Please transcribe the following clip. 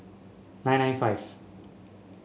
nine nine five